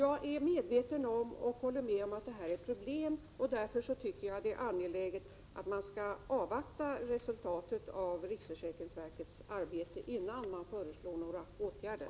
Jag är emellertid medveten om och håller med om att detta är ett problem, och därför tycker jag att det är angeläget att man avvaktar resultatet av riksförsäkringsverkets arbete, innan man föreslår några åtgärder.